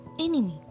enemy